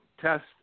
test